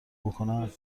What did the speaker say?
بکنم